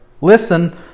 listen